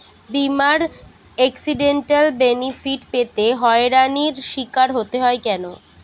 বিমার accidental benefit পেতে হয়রানির স্বীকার হতে হয় কেন?